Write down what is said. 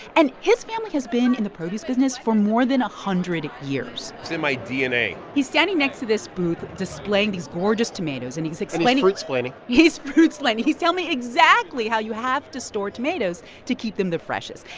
and his family has been in the produce business for more than a hundred years it's in my dna he's standing next to this booth displaying these gorgeous tomatoes. and he's explaining. and he's fruitsplaining he's fruitsplaining. he's telling me exactly how you have to store tomatoes to keep them the freshest.